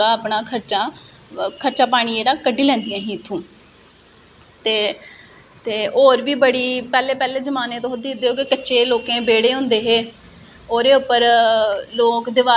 इस करिये कि हून इसी अस कियां घट्ट करी सकने आं एहदे कोला अस कियां इसी अस कियां घट्ट करी सकने हा जियां कि जियां कि में आक्खना जियां मे तुसेंगी गी आक्खनी आं कि